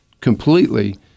completely